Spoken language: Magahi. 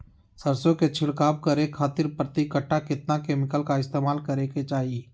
सरसों के छिड़काव करे खातिर प्रति कट्ठा कितना केमिकल का इस्तेमाल करे के चाही?